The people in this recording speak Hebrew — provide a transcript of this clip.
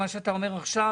מה שאתה אומר עכשיו,